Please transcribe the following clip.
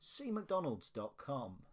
CMcdonald's.com